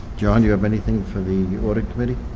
john, do you have anything for the audit committee.